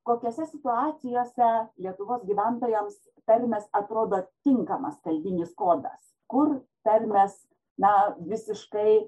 kokiose situacijose lietuvos gyventojams tarmės atrodo tinkamas kalbinis kodas kur tarmės na visiškai